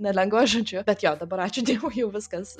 nelengva žodžiu bet jo dabar ačiū dievui jau viskas